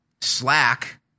slack